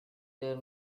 their